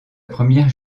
première